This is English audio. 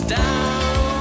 down